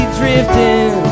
drifting